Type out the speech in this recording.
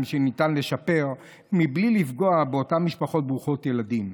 שניתן לשפר מבלי לפגוע באותן משפחות ברוכות ילדים,